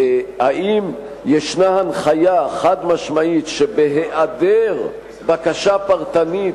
האם יש הנחיה חד-משמעית שבהיעדר בקשה פרטנית